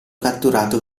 catturato